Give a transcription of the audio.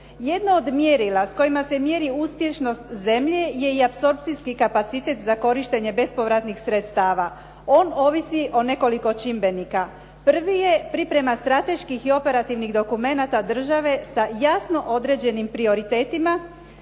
Jedno od mjerila s kojima se mjeri uspješnost zemlje je i apsorpcijski kapacitet za korištenje bespovratnih sredstava. On ovisi o nekoliko čimbenika. Prvi je priprema strateških i operativnih dokumenata države sa jasno određenim prioritetima.